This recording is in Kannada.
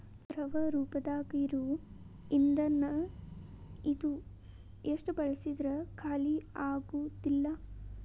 ದ್ರವ ರೂಪದಾಗ ಇರು ಇಂದನ ಇದು ಎಷ್ಟ ಬಳಸಿದ್ರು ಖಾಲಿಆಗುದಿಲ್ಲಾ